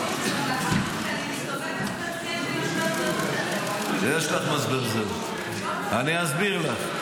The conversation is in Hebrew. ומזרחים --- יש לך --- אני אסביר לך.